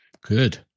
Good